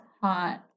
hot